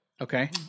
Okay